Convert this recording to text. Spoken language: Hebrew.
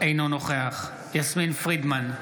אינו נוכח יסמין פרידמן,